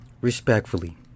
Respectfully